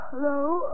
Hello